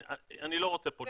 אני לא רוצה פה לטעות